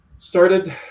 started